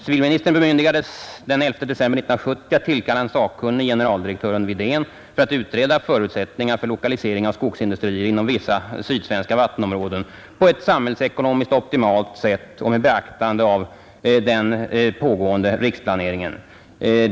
Civilministern bemyndigades den 11 december 1970 att tillkalla en sakkunnig, generaldirektören Widén, för att utreda förutsättningar för en lokalisering av skogsindustri inom vissa sydsvenska vattenområden på ett samhällsekonomiskt optimalt sätt och med beaktande av den pågående riksplaneringen.